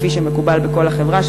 כפי שמקובל בכל החברה,